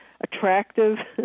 attractive